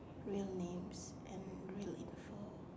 real names and real info